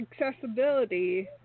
accessibility